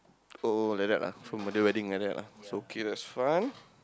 oh like that lah from the wedding like lah so okay that's fun